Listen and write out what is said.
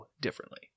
differently